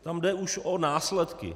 Tam jde už o následky.